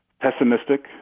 pessimistic